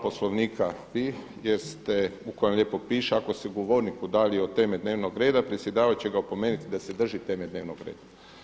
Poslovnika jer ste, u kojem lijepo piše ako se govornik udalji od teme dnevnog reda predsjedavajući će ga opomenuti da se drži teme dnevnog reda.